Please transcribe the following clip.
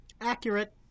Accurate